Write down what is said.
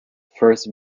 first